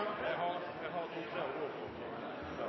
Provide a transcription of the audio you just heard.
Jeg har